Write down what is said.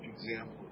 example